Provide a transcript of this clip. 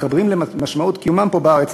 מתחברים למשמעות קיומם פה בארץ,